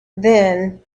then